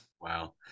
Wow